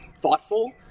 thoughtful